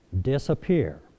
disappear